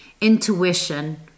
intuition